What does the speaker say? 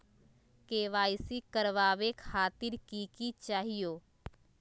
KYC करवावे खातीर कि कि चाहियो?